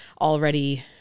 already